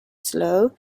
slow